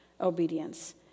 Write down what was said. obedience